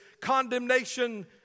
condemnation